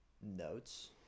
notes